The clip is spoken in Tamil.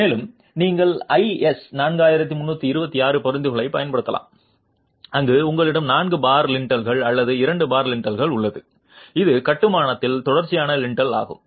மேலும் நீங்கள் ஐஎஸ் 4326 பரிந்துரைகளைப் பயன்படுத்தலாம் அங்கு உங்களிடம் நான்கு பார் லிண்டல் அல்லது இரண்டு பார் லிண்டல் உள்ளது இது கட்டுமானத்தில் தொடர்ச்சியான லிண்டல் ஆகும்